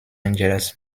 angeles